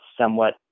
somewhat